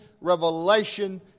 revelation